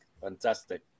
fantastic